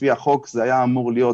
לפי החוק זה היה אמור להיות